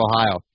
Ohio